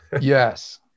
Yes